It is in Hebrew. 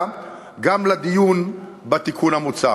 שזו תהיה האכסניה הראויה גם לדיון בתיקון המוצע.